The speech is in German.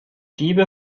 diebe